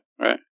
right